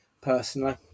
personally